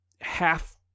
half-